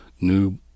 new